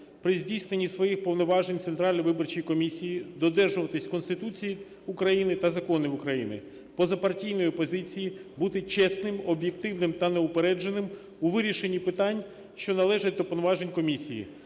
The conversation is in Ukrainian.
при здійсненні своїх повноважень в Центральній виборчій комісії додержуватися Конституції України та законів України, позапартійної позиції, бути чесним, об'єктивним та неупередженим у вирішенні питань, що належать до повноважень комісії,